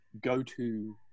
go-to